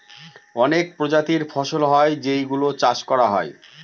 অনেক প্রজাতির ফসল হয় যেই গুলো চাষ করা হয়